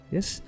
Yes